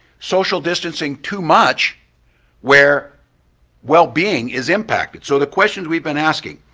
social distancing too much where well being is impacted. so the questions we've been asking.